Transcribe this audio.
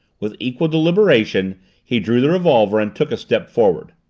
with equal deliberation he drew the revolver and took a step forward.